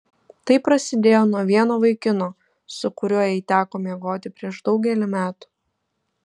tai prasidėjo nuo vieno vaikino su kuriuo jai teko miegoti prieš daugelį metų